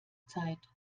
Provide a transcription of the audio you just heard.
zeit